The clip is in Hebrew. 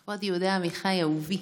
לכבוד יהודה עמיחי, אהובי.